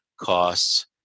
costs